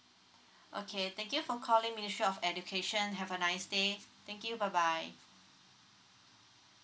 okay thank you for calling ministry of education have a nice day thank you bye bye